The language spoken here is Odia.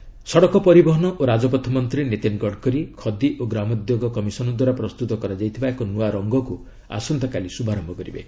ଗଡକରୀ କେଭିଆଇସି ସଡ଼କ ପରିବହନ ଓ ରାଜପଥ ମନ୍ତ୍ରୀ ନୀତିନ ଗଡକରୀ ଖଦି ଓ ଗ୍ରାମୋଦ୍ୟୋଗ କମିସନ ଦ୍ୱାରା ପ୍ରସ୍ତୁତ କରାଯାଇଥିବା ଏକ ନୃଆ ରଙ୍ଗକୁ ଆସନ୍ତାକାଲି ଶ୍ରଭାରୟ କରିବେ